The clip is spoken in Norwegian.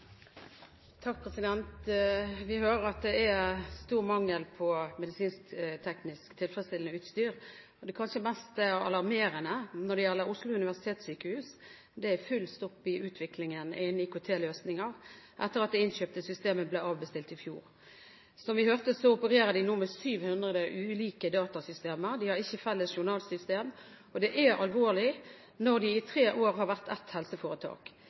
stor mangel på medisinskteknisk tilfredsstillende utstyr. Men det kanskje mest alarmerende når det gjelder Oslo universitetssykehus, er at det er full stopp i utviklingen av IKT-løsninger etter at det innkjøpte systemet ble avbestilt i fjor. Som vi hørte, opererer de nå med 700 ulike datasystemer, og de har ikke felles journalsystem. Det er alvorlig når de i tre år har vært ett helseforetak.